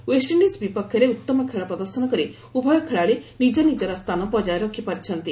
West Indies ବିପକ୍ଷରେ ଉତ୍ତମ ଖେଳ ପ୍ରଦର୍ଶନ କରି ଉଭୟ ଖେଳାଳି ନିଜ ନିକର ସ୍ଥାନ ବକାୟ ରଖିପାରିଛନ୍ତି